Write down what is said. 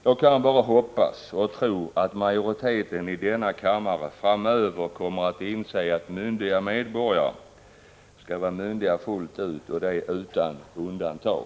Jag kan bara hoppas och tro att majoriteten i denna kammare framöver kommer att inse att myndiga medborgare skall vara myndiga fullt ut — utan undantag.